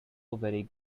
very